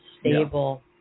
stable